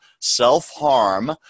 self-harm